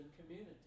community